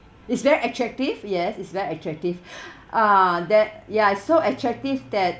it's very attractive yes it's very attractive ah that ya it's so attractive that